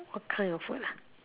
what kind of food lah